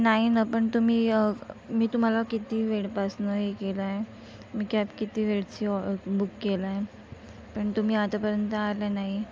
नाही ना पण तुम्ही मी तुम्हाला किती वेळपासनं हे केलाय मी कॅब किती वेळची आ बुक केलाय पण तुम्ही आतापर्यंत आले नाही